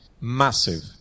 massive